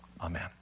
Amen